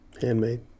Handmade